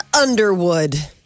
Underwood